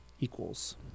equals